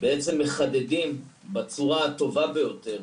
מחדדים בצורה הטובה ביותר